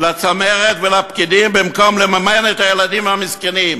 לצמרת ולפקידים במקום לממן את הילדים המסכנים.